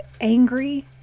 angry